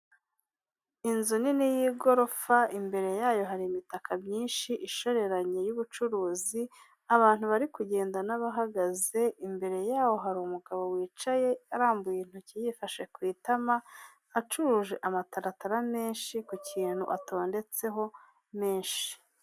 Inzu nini y'igorofa, imbere yayo hari imitaka myinshi, ishoreranye y'ubucuruzi, abantu bari kugenda n'abahagaze, imbere yaho hari umugabo wicaye arambuye intoki, yifashe ku itama, acuruje amataratara menshi, ku kintu atondetseho menshi.